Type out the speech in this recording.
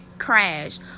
Crash